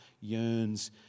yearns